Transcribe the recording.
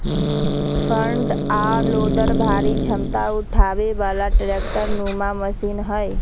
front आ loader भारी क्षमता उठाबे बला ट्रैक्टर नुमा मशीन हई